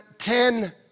Ten